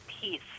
peace